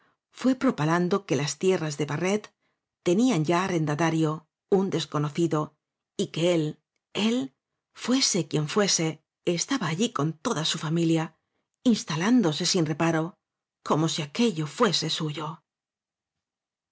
fué propalando que las tierras de barret tenían ya arrendatario un desconocido y que él él fuese quien fuese estaba allí con toda su familia instalándose sin reparo como si aquello fuese suyo